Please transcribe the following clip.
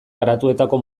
garatuetako